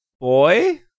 boy